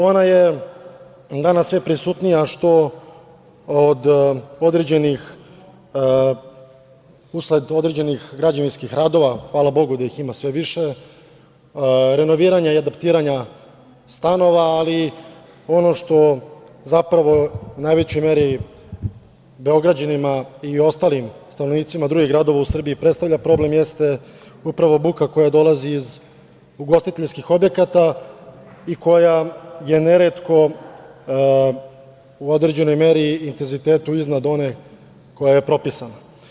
Ona je danas sve prisutnija, što usled određenih građevinskih radova, hvala bogu da ih ima sve više, renoviranja i adaptiranja stanova, ali ono što zapravo u najvećoj meri Beograđanima i ostalim stanovnicima drugih gradova u Srbiji predstavlja problem jeste upravo buka koja dolazi iz ugostiteljskih objekata i koja je neretko u određenoj meri i intenzitetu iznad one koja je propisana.